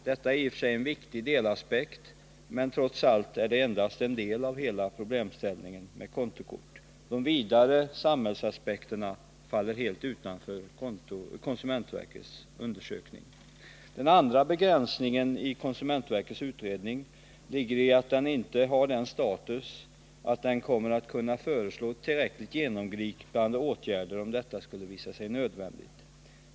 Detta är i och för sig en viktig delaspekt, men trots allt är det endast en del av hela problemställningen. De vidare samhällsaspekterna faller helt utanför konsumentverkets undersökning. Den andra begränsningen i konsumentverkets utredning ligger i att utredningen inte har sådan status att den kommer att kunna föreslå tillräckligt genomgripande åtgärder, om detta skulle visa sig nödvändigt.